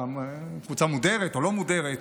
קבוצה מודרת או לא מודרת,